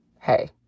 hey